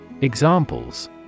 Examples